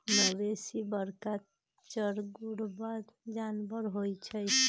मवेशी बरका चरगोरबा जानबर होइ छइ